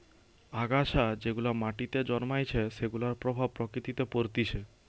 আগাছা যেগুলা মাটিতে জন্মাইছে সেগুলার প্রভাব প্রকৃতিতে পরতিছে